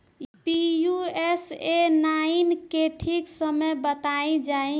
Pusa nine के ठीक समय बताई जाई?